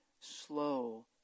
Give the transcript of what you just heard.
slow